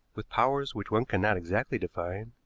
with powers which one cannot exactly define,